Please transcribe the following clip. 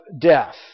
death